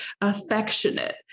affectionate